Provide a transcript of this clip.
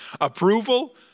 approval